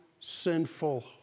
sinful